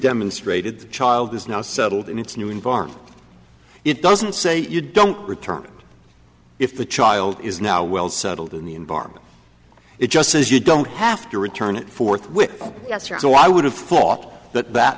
demonstrated the child is now settled in its new environment it doesn't say you don't return it if the child is now well settled in the environment it just says you don't have to return it forthwith yes or no i would have thought that that